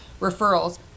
referrals